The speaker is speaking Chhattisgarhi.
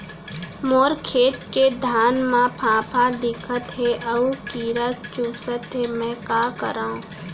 मोर खेत के धान मा फ़ांफां दिखत हे अऊ कीरा चुसत हे मैं का करंव?